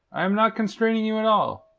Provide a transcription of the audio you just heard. i am not constraining you at all.